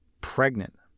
pregnant